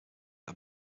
had